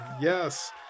yes